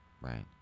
right